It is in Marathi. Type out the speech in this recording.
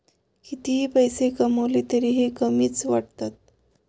कितीही पैसे कमावले तरीही कमीच वाटतात